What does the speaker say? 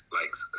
likes